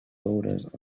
boulders